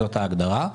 זאת ההגדרה,